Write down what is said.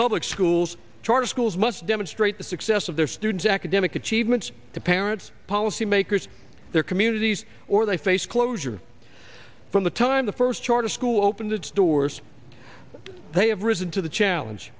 public schools charter schools must demonstrate the success of their students academic achievements to parents policymakers their communities or they face closure from the time the first charter school opens its doors they have risen to the challenge